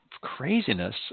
craziness